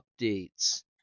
updates